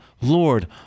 Lord